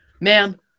ma'am